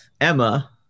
Emma